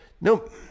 Nope